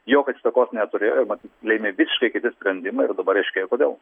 jokios įtakos neturėjo ir matyt lėmė visiškai kiti sprendimai ir dabar aiškėja kodėl